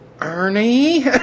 Ernie